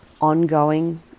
ongoing